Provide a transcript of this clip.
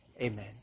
Amen